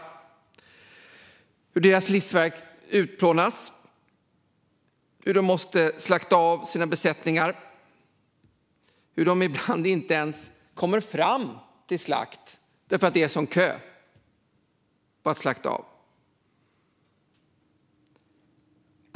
De berättar hur deras livsverk utplånas, hur de måste slakta av sina besättningar och hur de ibland inte ens kommer fram till slakt därför att det är en sådan kö till att slakta av.